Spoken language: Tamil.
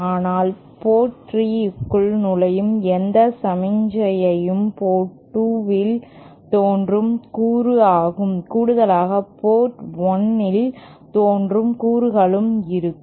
ஆனால் போர்ட் 3 க்குள் நுழையும் எந்த சமிக்ஞையும் போர்ட் 2 இல் தோன்றும் கூறு ஆகும் கூடுதலாக போர்ட் 1 இல் தோன்றும் கூறுகளும் இருக்கும்